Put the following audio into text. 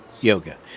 yoga